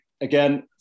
again